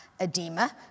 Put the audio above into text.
edema